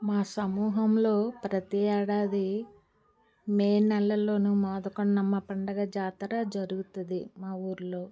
మా సమూహంలో ప్రతి ఏడాది మే నెలలోనూ మోదకొండమ్మ పండుగ జాతర జరుగుతుంది మా ఊర్లో